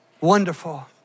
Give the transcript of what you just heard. wonderful